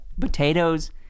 potatoes